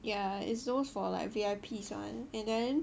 yeah it's those for like VIPs one and then